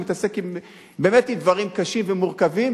שמתעסק עם דברים באמת קשים ומורכבים,